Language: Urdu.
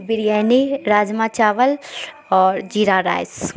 بریانی راجمہ چاول اور زیرہ رائس